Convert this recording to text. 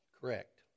Correct